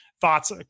thoughts